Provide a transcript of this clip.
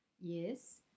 Yes